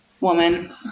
woman